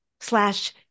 slash